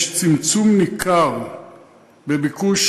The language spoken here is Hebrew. יש צמצום ניכר בביקוש,